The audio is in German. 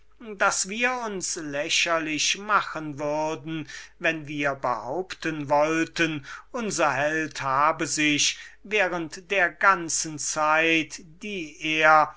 daß wir uns lächerlich machen würden wenn wir behaupten wollten daß unser held die ganze zeit die er